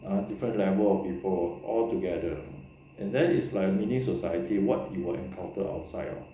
ah different level of people altogether and then it's like a mini society what you will encounter outside